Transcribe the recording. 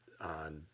on